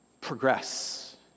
progress